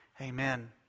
Amen